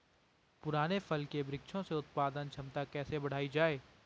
पुराने फल के वृक्षों से उत्पादन क्षमता कैसे बढ़ायी जाए?